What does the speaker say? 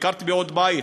ביקרתי בעוד בית.